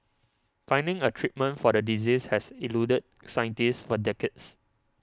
finding a treatment for the disease has eluded scientists for decades